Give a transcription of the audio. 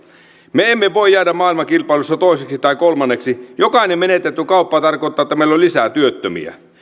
me emme voi jäädä maailman kilpailussa toiseksi tai kolmanneksi jokainen menetetty kauppa tarkoittaa että meillä on lisää työttömiä